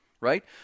right